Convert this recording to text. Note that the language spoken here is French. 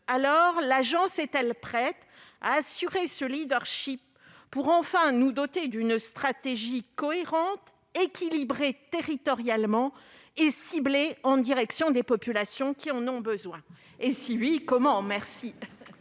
L'agence est-elle prête à assurer ce leadership pour, enfin, nous doter d'une stratégie cohérente, équilibrée territorialement et ciblée en direction des populations qui en ont besoin ? Si oui, comment ? La